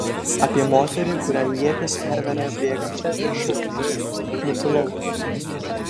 apie moterį kurią ietis perveria bėgančią ir šaukiančią nutilau